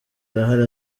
arahari